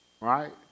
right